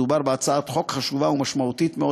מדובר בהצעת חוק חשובה ומשמעותית מאוד